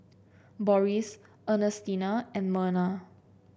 Boris Ernestina and Merna